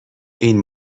این